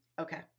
Okay